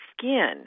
skin